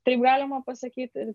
taip galima pasakyti